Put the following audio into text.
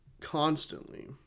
constantly